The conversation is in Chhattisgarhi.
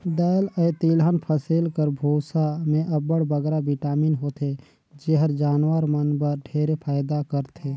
दाएल अए तिलहन फसिल कर बूसा में अब्बड़ बगरा बिटामिन होथे जेहर जानवर मन बर ढेरे फएदा करथे